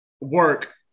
work